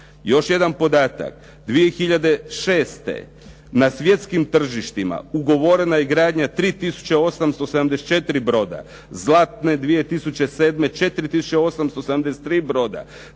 Još jedan podatak, 2006. na svjetskim tržištima ugovorena je gradnja 3 tisuće 874 broda, zlatne 2007. 4 tisuće